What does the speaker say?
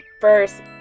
First